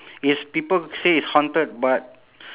it's people say it's haunted but